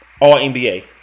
All-NBA